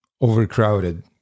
overcrowded